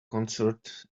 concert